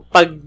Pag